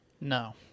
No